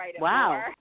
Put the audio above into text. Wow